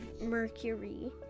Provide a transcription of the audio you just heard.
mercury